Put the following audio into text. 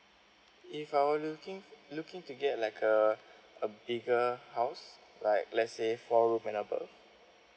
if I were looking f~ looking to get like a a bigger house like let's say four room and above